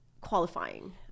qualifying